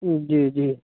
جی جی